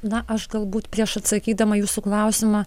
na aš galbūt prieš atsakydama į jūsų klausimą